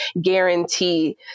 guarantee